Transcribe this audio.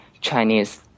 Chinese